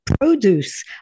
produce